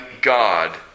God